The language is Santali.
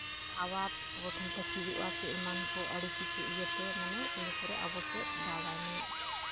ᱦᱟᱣᱟ ᱟᱵᱚ ᱴᱷᱮᱱ ᱛᱟᱹᱠᱤᱡᱚᱜᱼᱟ ᱡᱮ ᱮᱢᱟᱱ ᱠᱚ ᱟᱹᱰᱤ ᱠᱤᱪᱷᱩ ᱤᱭᱟᱹᱛᱮ ᱢᱟᱱᱮ ᱤᱱᱟᱹ ᱯᱚᱨᱮ ᱟᱵᱚ ᱥᱮᱫ ᱫᱟᱜᱟᱭ ᱢᱟᱱᱮ